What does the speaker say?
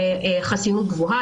וחסינות גבוהה.